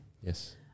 Yes